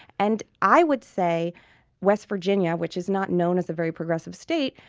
and i would say west virginia, which is not known as a very progressive state,